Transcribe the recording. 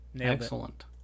Excellent